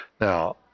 Now